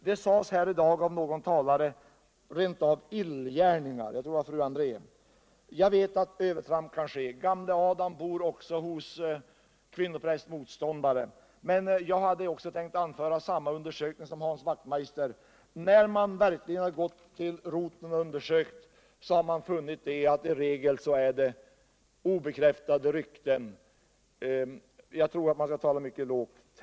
Det sades här i dag av någon talare rent av ”illgärningar” — jag tror det var fru André. Jag vet att övertramp kan ske. Gamle Adam bor också hos kvinnoprästmotståndare. Jag hade tänkt redovisa samma undersökning som Hans Wachtmeister. När man verkligen gått till roten med det onda har man funnit att det i regel är obekräftade rykten. Jag tycker att man här skall tala mycket lågt.